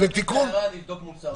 אני מקבל את ההערה, אני אבדוק מול השר.